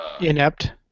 Inept